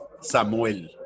Samuel